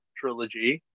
trilogy